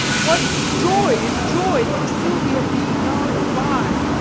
what joy is joy, if silvia be not by?